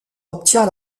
obtient